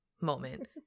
moment